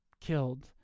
killed